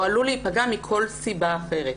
או עלול להיפגע מכול סיבה אחרת".